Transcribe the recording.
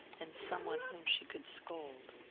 and some one whom she could scold.